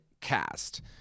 cast